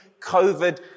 COVID